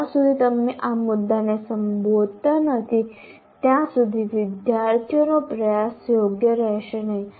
જ્યાં સુધી તમે આ મુદ્દાને સંબોધતા નથી ત્યાં સુધી વિદ્યાર્થીનો પ્રયાસ યોગ્ય રહેશે નહીં